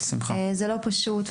זה לא פשוט,